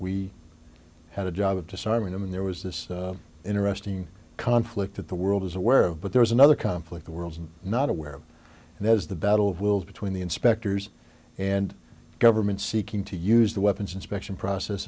we had a job of disarming them and there was this in arresting conflict at the world is aware of but there was another conflict the world i'm not aware of and there's the battle of wills between the inspectors and government seeking to use the weapons inspection process